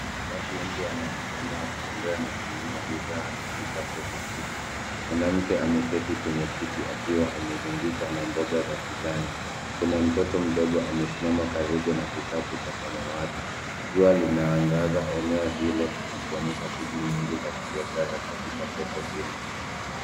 Watu wengi wanaonekana wakitembea na kununua bidhaa katika soko. Mwanamke ameketi kwenye kiti akiwa amezungukwa na mboga za kijani. Kuna mtoto mdogo amesimama karibu na kikapu cha samawati. Jua linaangaza eneo hilo na kuonyesha shughuli nyingi za kibiashara katika soko hili.